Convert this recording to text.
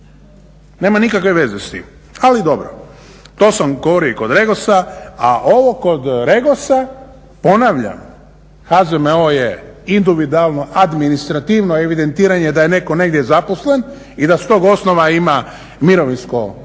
nema nikakve veze s tim. Ali dobro, to sam govorio i kod REGOS-a. A ovo kod REGOS-a ponavljam HZMO je individualno administrativno evidentiranje da je netko negdje zaposlen i da s tog osnova ima mirovinsko osiguranje